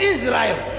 Israel